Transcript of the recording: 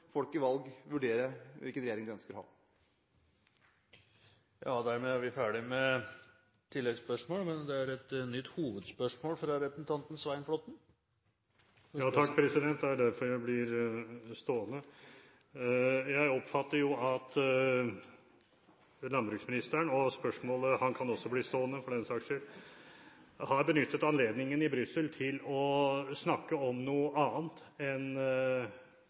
i valg får vurdere hvilken regjering de ønsker å ha. Vi går da til dagens siste hovedspørsmål. Takk, det er derfor jeg blir stående. Jeg oppfatter at landbruksministeren – han kan også bli stående, for den sakens skyld – har benyttet anledningen i Brussel til å snakke om noe annet enn